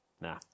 Nah